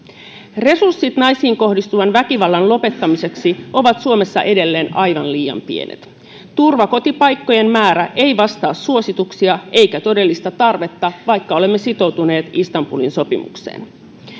resurssit naisiin kohdistuvan väkivallan lopettamiseksi ovat suomessa edelleen aivan liian pienet turvakotipaikkojen määrä ei vastaa suosituksia eikä todellista tarvetta vaikka olemme sitoutuneet istanbulin sopimukseen